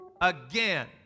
again